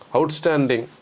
Outstanding